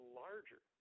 larger